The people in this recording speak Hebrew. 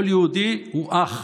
כל יהודי הוא אח.